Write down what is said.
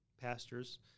pastors